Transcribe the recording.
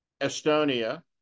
Estonia